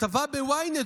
כתבה ב-ynet,